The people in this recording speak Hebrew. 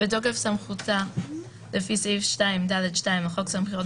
התש״ף-2020 בתוקף סמכותה לפי סעיף 2(ד)(2) לחוק סמכויות